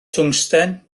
twngsten